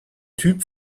typ